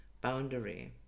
boundary